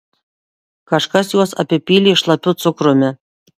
kažkas juos apipylė šlapiu cukrumi